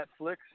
Netflix